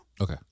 Okay